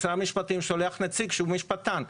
משרד משפטים שולח נציג שהוא משפטן.